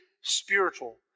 spiritual